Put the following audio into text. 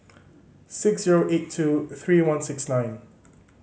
six zero eight two three one six nine